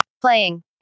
Playing